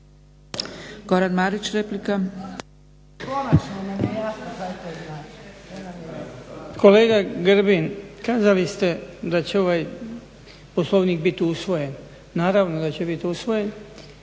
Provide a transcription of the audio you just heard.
Goran (HDZ)** Kolega Grbin, kazali ste da će ovaj Poslovnik biti usvojen. Naravno da će bit usvojen,